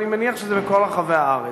אני מניח שזה בכל רחבי הארץ.